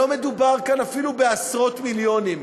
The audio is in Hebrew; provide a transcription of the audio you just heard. לא מדובר כאן אפילו בעשרות מיליונים,